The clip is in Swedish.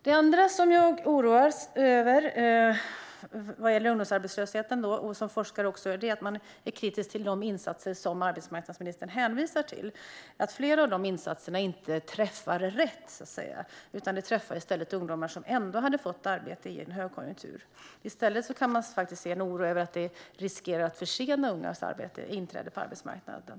Det andra som jag oroas över vad gäller ungdomsarbetslösheten - och som forskare - är att man är kritisk till de insatser som arbetsmarknadsministern hänvisar till och menar att flera av dessa insatser inte träffar rätt utan i stället träffar ungdomar som ändå hade fått arbete i en högkonjunktur. Det går i stället att se en oro över att detta riskerar att försena ungas inträde på arbetsmarknaden.